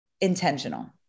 intentional